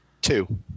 Two